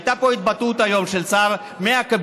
הייתה פה התבטאות היום של שר מהקבינט,